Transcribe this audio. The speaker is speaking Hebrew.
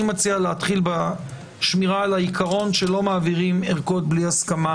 אני מציע להתחיל בשמירה על העיקרון שלא מעבירים ערכות בלי הסכמה.